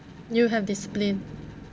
you have discipline